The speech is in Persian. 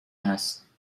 هست